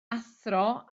athro